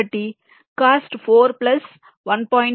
కాబట్టి cost 4 plus 1